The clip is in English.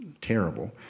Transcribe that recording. terrible